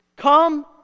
Come